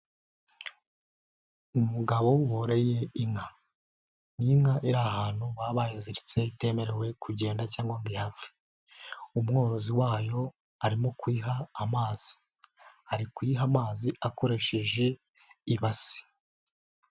Umugabo woroye inka, ni inka iri ahantu baba bayiziritse itemerewe kugenda cyangwa ngo ihave, umworozi wayo arimo kuyiha amazi, ari kuyiha amazi akoresheje ibasi.